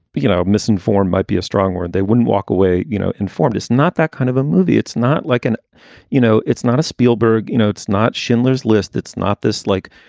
you know, misinform might be a strong word. they wouldn't walk away. you know, informed is not that kind of a movie. it's not like an you know, it's not a spielberg, you know, it's not schindler's list. it's not this like,